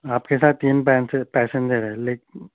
آپ کے ساتھ تین پیسنجر ہے لیکن